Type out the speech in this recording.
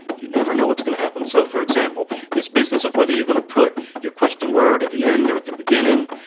you never know what's going to happen. so, for example, this business of whether you're going to put your question word at the end or at the beginning.